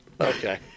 Okay